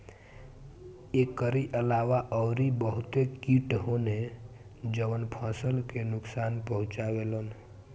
एकरी अलावा अउरी बहते किट होने जवन फसल के नुकसान पहुंचावे लन